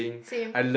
same